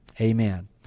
amen